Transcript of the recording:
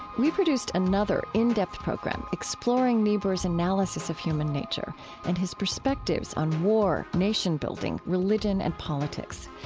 we produced another in-depth program exploring niebuhr's analysis of human nature and his perspectives on war, nation-building, religion, and politics.